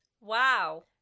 Wow